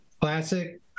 classic